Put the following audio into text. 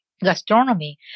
gastronomy